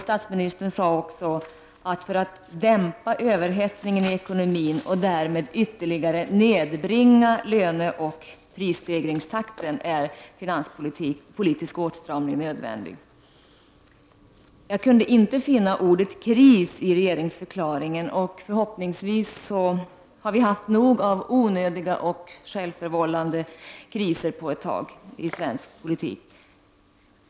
Statsministern sade också att för att dämpa överhettningen i ekonomin och därmed ytterligare nedbringa löneoch prisstegringstakten är finanspolitisk åtstramning nödvändig. Jag kunde inte finna ordet kris i regeringsförklaringen. Förhoppningsvis har vi haft nog av onödiga och självförvållade kriser på ett tag i svensk politik.